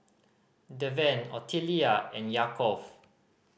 Deven Ottilia and Yaakov